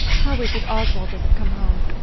how is it oswald doesn't come home?